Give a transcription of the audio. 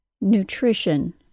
Nutrition